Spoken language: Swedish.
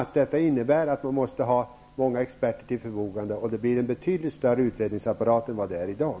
De måste ha många experter till sitt förfogande, och det blir en betydligt större utredningsapparat än i dag.